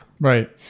Right